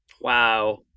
Wow